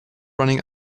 running